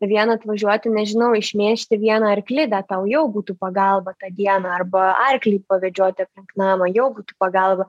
vien atvažiuoti nežinau išmėžti vieną arklidę tau jau būtų pagalba tą dieną arba arklį pavedžioti aplink namą jau būtų pagalba